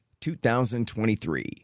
2023